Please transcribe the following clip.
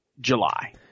July